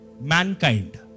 mankind